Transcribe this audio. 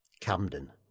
Camden